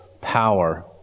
Power